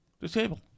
Disable